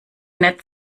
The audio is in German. nett